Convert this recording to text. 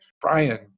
Brian